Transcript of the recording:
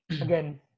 again